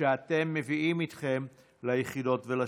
שאתם מביאים איתכם ליחידות ולשירות,